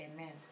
Amen